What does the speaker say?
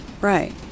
Right